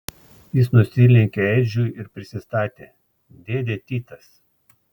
jis nusilenkė edžiui ir prisistatė dėdė titas